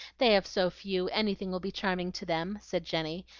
they have so few, anything will be charming to them, said jenny,